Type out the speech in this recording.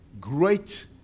Great